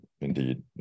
indeed